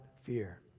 fear